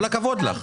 כל הכבוד לך.